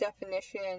definition